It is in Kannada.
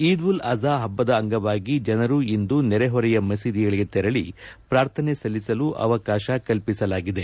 ಈದ್ ಉಲ್ ಅಜಾ ಪಬ್ಬದ ಅಂಗವಾಗಿ ಜನರು ಇಂದು ನೆರೆಹೊರೆಯ ಮಶೀದಿಗಳಿಗೆ ತೆರಳಿ ಪ್ರಾರ್ಥನೆ ಸಲ್ಲಿಸಲು ಅವಕಾಶ ಕಲ್ಪಿಸಲಾಗಿದೆ